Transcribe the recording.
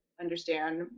understand